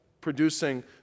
producing